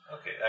Okay